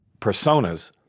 personas